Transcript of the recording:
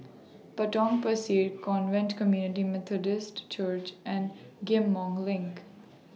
Potong Pasir Covenant Community Methodist Church and Ghim Moh LINK